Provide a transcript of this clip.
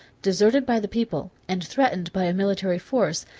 deserted by the people, and threatened by a military force,